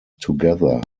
together